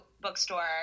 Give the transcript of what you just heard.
bookstore